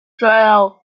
trial